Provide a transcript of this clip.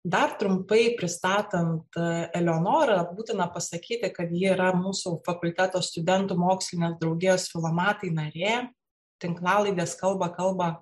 dar trumpai pristatant eleonorą būtina pasakyti kad ji yra mūsų fakulteto studentų mokslinės draugijos filomatai narė tinklalaidės kalba kalba